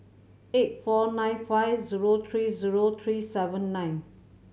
eight four nine five zero three zero three seven nine